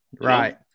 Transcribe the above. right